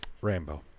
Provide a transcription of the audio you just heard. Rambo